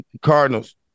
Cardinals